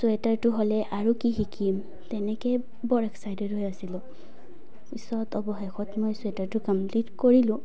চুৱেটাৰটো হ'লে আৰু কি শিকিম তেনেকৈ বৰ এক্সাইটেড হৈ আছিলোঁ পিছত অৱশেষত মই চুৱেটাৰটো কমপ্লিট কৰিলোঁ